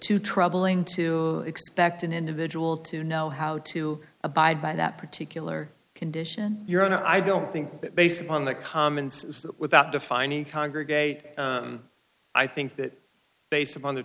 too troubling to expect an individual to know how to abide by that particular condition your own i don't think that based upon the comments without defining congregate i think that based upon the